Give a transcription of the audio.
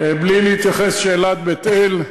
בלי להתייחס לשאלת בית-אל,